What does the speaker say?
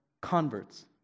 converts